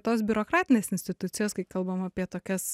tos biurokratinės institucijos kai kalbam apie tokias